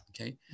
Okay